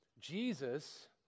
Jesus